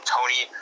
Tony